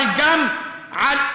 אבל גם על,